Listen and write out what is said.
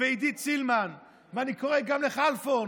ועידית סילמן, ואני קורא גם לחלפון,